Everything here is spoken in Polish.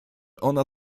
ona